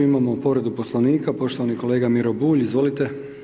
Imamo povredu Poslovnika, poštovani kolega Miro Bulj, izvolite.